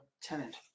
tenant